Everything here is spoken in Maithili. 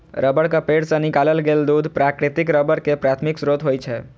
रबड़क पेड़ सं निकालल गेल दूध प्राकृतिक रबड़ के प्राथमिक स्रोत होइ छै